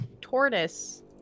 tortoise